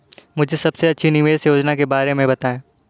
मुझे सबसे अच्छी निवेश योजना के बारे में बताएँ?